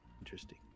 Interesting